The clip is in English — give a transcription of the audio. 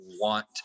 want